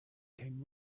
came